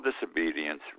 disobedience